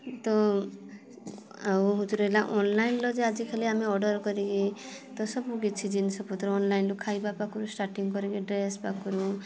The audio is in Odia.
ତ ଆଉ ହଉଛି ରହିଲା ଅନଲାଇନ୍ ରେ ଯେ ଆଜିକାଲି ଅର୍ଡ଼ର୍ କରିକି ତ ସବୁକିଛି ଜିନିଷ ପତ୍ର ଅନଲାଇନ୍ ରୁ ଖାଇବା ପାଖୁରୁ ଷ୍ଟାଟିଙ୍ଗ୍ କରିକି ଡ୍ରେସ ପାଖୁରୁ